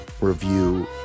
review